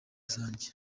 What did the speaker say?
zanjye